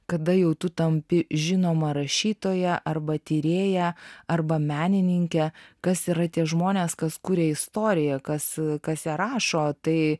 kada jau tu tampi žinoma rašytoja arba tyrėja arba menininke kas yra tie žmonės kas kuria istoriją kas kas ją rašo tai